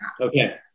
okay